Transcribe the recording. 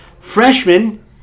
freshman